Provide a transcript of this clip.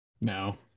No